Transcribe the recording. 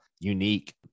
unique